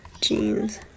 Jeans